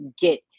get